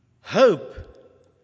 hope